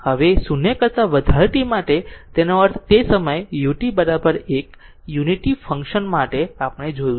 હવે 0 કરતા વધારે t માટે તેનો અર્થ તે સમયે ut 1 યુનિટી ફંકશન માટે આપણે જોયું છે